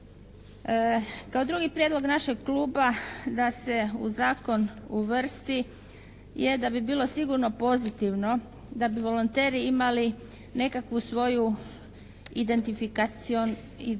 Kao drugi prijedlog našeg kluba da se u zakon uvrsti je da bi bilo sigurno pozitivno da bi volonteri imali nekakvu svoju identifikacion